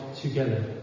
together